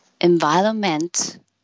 environment